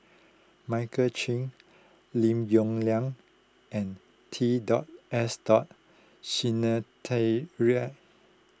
Michael Chiang Lim Yong Liang and T dot S dot Sinnathuray